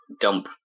dump